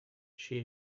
she